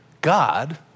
God